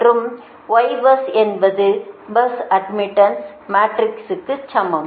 மற்றும் Ybus என்பது bus admittance மேட்ரிக்ஸ்க்கு சமம்